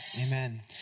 Amen